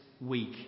week